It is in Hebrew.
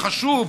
החשוב,